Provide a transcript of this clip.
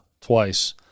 twice